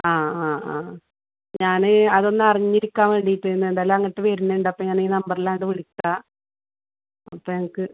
ആ ആ ആ ഞാനേ അതൊന്ന് അറിഞ്ഞിരിക്കാൻ വേണ്ടീട്ടിന്നുണ്ടല്ലോ അങ്ങോട്ട് വരുന്നുണ്ട് അപ്പോൾ ഞാനീ നമ്പർൽ അങ്ങോട്ട് വിളിക്കാം അപ്പമെനിക്ക്